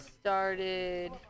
started